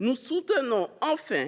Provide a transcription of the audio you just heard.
Nous soutenons